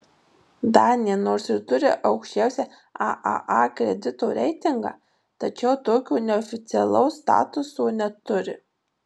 danija nors ir turi aukščiausią aaa kredito reitingą tačiau tokio neoficialaus statuso neturi